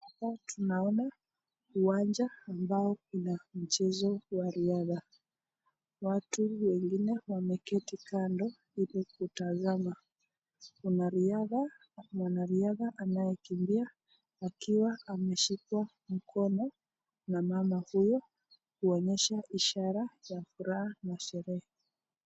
Hapa tunaona uwanja ambao ina mchezo wa riadha. Watu wengine wameketi kando ili kutazama, mwanariadha anayekimbia akiwa ameshikwa mkono na mama huyo, kuonyesha ishara ya furaha na sherehe.